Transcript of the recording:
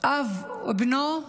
אב ובנו,